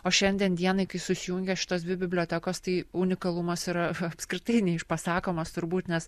o šiandien dienai kai susijungė šitos dvi bibliotekos tai unikalumas yra apskritai neišpasakomas turbūt nes